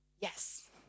Yes